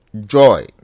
joy